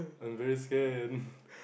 I very scared